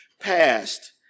passed